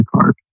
card